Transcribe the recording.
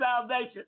salvation